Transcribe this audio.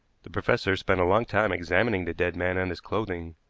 the professor spent a long time examining the dead man and his clothing.